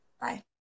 Bye